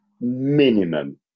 minimum